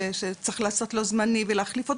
שצריך לעשות לו זמני ולהחליף אותו,